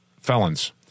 felons